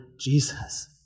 Jesus